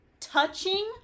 touching